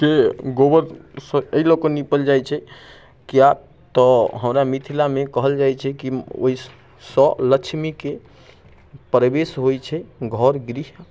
के गोबरसँ अइ लऽ के निपल जाइ छै किया तऽ हमरा मिथिलामे कहल जाइ छै कि ओइसँ लक्ष्मीके प्रवेश होइ छै घर गृह